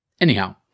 Anyhow